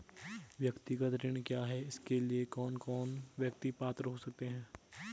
व्यक्तिगत ऋण क्या है इसके लिए कौन कौन व्यक्ति पात्र हो सकते हैं?